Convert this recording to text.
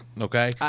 Okay